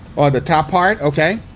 oh the top part? okay.